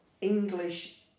English